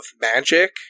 Magic